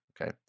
okay